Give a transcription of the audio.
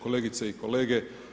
Kolegice i kolege.